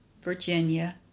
Virginia